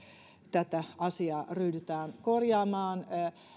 tätä asiaa ryhdytään korjaamaan